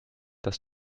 das